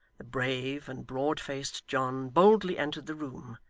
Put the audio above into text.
the brave and broad-faced john boldly entered the room,